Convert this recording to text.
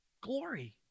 glory